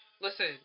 Listen